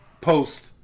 post